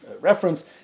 reference